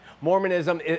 Mormonism